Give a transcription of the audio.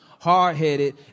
hard-headed